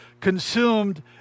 consumed